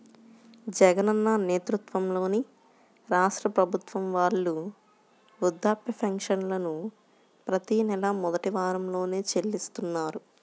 జగనన్న నేతృత్వంలోని రాష్ట్ర ప్రభుత్వం వాళ్ళు వృద్ధాప్య పెన్షన్లను ప్రతి నెలా మొదటి వారంలోనే చెల్లిస్తున్నారు